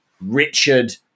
Richard